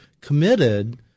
committed